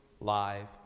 live